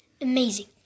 amazing